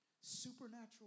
Supernatural